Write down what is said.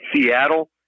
Seattle